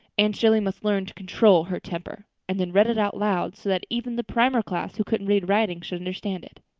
ann shirley must learn to control her temper, and then read it out loud so that even the primer class, who couldn't read writing, should understand it.